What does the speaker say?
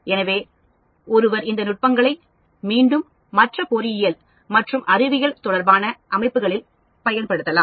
எனவே ஒருவர் இந்த நுட்பங்களை மீண்டும் மற்ற பொறியியல் மற்றும் அறிவியல் தொடர்பான அமைப்புகளில் பயன்படுத்தலாம்